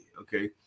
okay